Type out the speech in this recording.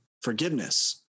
forgiveness